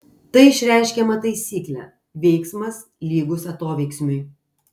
tai išreiškiama taisykle veiksmas lygus atoveiksmiui